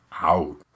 out